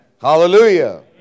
Hallelujah